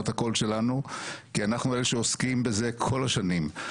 את הקול שלנו כי אנחנו אלה שעוסקים בזה כל השנים.